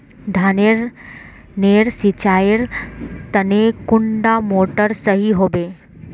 धानेर नेर सिंचाईर तने कुंडा मोटर सही होबे?